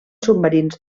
submarins